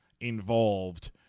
involved